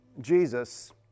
Jesus